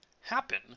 happen